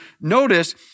notice